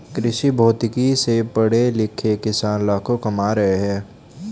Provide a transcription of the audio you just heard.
कृषिभौतिकी से पढ़े लिखे किसान लाखों कमा रहे हैं